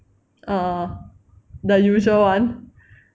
orh the usual [one]